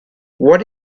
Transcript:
what